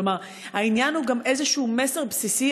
כלומר, העניין הוא גם איזה מסר בסיסי.